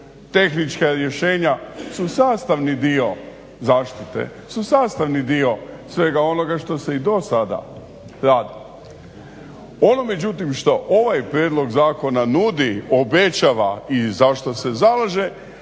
Tehnička rješenja su sastavni dio zaštite su sastavni dio svega onoga što se i do sada radi. Ono međutim što ovaj prijedlog zakona nudi, obećava i zašto se zalaže